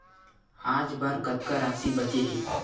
आज बर कतका राशि बचे हे?